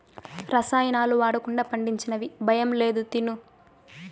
రసాయనాలు వాడకుండా పండించినవి భయం లేదు తిను